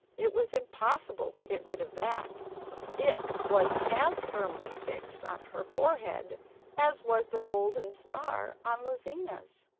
it was impossible to get rid of that it was as firmly fixed on her forehead as was the golden star on lizina's.